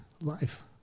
life